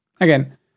again